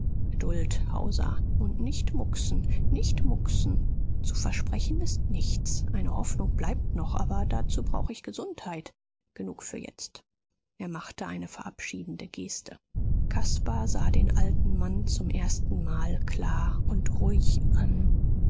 und nicht mucksen nicht mucksen zu versprechen ist nichts eine hoffnung bleibt noch aber dazu brauch ich gesundheit genug für jetzt er machte eine verabschiedende geste caspar sah den alten mann zum erstenmal klar und ruhig an